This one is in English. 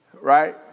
Right